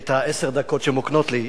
את העשר דקות שמוקנות לי.